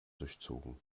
durchzogen